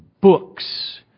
books